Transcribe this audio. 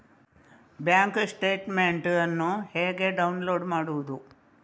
Bank statement ಅನ್ನು ಹೇಗೆ download ಮಾಡುವುದು?